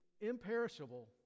Imperishable